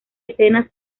escenas